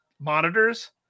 monitors